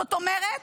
זאת אומרת,